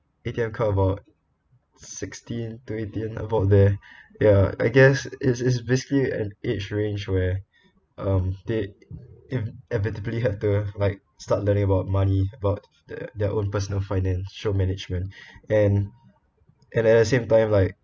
A_T_M card about sixteen twenty about there ya I guess it's it's basically an age range where um they inevitably have to like start learning about money about their their own personal financial management and and at the same time like